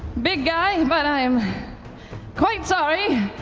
big guy, but i am quite sorry!